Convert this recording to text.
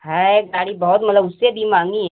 है गाड़ी बहुत मतलब उससे भी महंगी